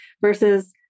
versus